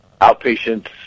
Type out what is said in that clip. outpatients